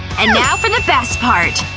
and now for the best part,